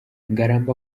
ngarambe